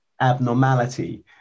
abnormality